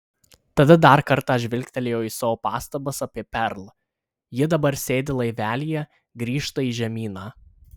tada dar kartą žvilgtelėjo į savo pastabas apie perl ji dabar sėdi laivelyje grįžta į žemyną